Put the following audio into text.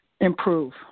improve